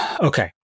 Okay